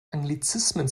anglizismen